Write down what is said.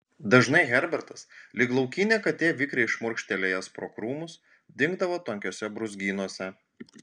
dažnai herbertas lyg laukinė katė vikriai šmurkštelėjęs pro krūmus dingdavo tankiuose brūzgynuose